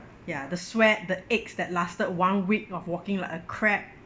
ya the sweat the aches that lasted one week of walking like a crab